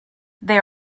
they